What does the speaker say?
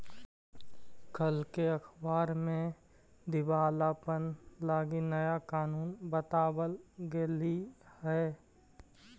कल के अखबार में दिवालापन लागी नया कानून बताबल गेलई हे